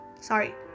sorry